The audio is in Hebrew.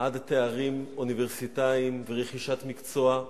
עד תארים אוניברסיטאיים ורכישת מקצוע.